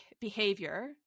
behavior